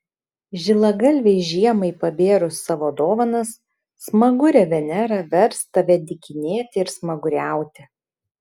žilagalvei žiemai pabėrus savo dovanas smagurė venera vers tave dykinėti ir smaguriauti